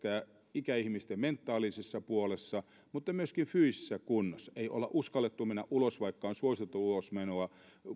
ikäihmisten mentaaliseen puoleen mutta myöskin fyysiseen kuntoon ei olla uskallettu mennä ulos vaikka on suositeltu ulos menoa